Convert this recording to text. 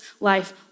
life